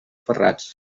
ferrats